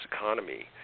economy